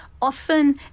Often